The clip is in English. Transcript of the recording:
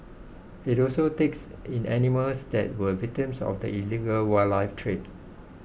it also takes in animals that were victims of the illegal wildlife trade